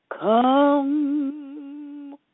come